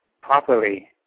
properly